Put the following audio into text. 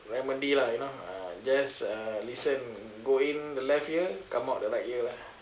remedy lah you know uh just uh listen go in the left ear come out the right ear lah